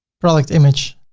product image.